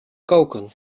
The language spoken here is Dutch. koken